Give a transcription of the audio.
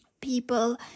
people